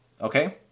okay